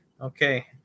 Okay